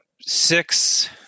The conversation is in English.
six